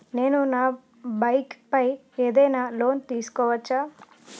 నేను నా బైక్ పై ఏదైనా లోన్ తీసుకోవచ్చా?